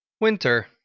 Winter